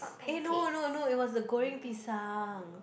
eh no no no it was the Goreng-Pisang